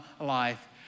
life